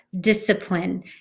Discipline